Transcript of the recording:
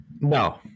No